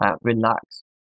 relax